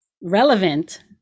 relevant